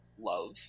love